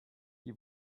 die